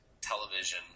television